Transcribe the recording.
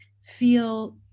feel